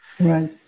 Right